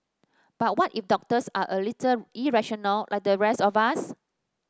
but what if doctors are a little irrational like the rest of us